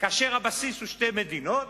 כאשר הבסיס הוא שתי מדינות,